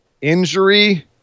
injury